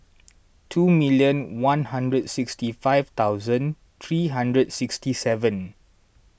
two million one hundred sixty five thousand three hundred sixty seven